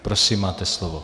Prosím, máte slovo.